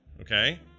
okay